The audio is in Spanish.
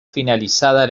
finalizada